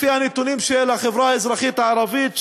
לפי הנתונים של החברה האזרחית הערבית,